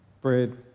bread